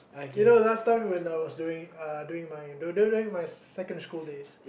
you know last time when I was during uh during my during my secondary school days